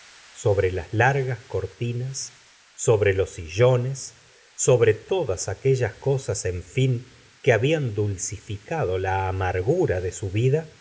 sobre las largas cortinas sobre jos sillones sobre todas aquellas cor as en fin que habían dulcificado la amargura de su vid